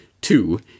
two